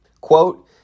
Quote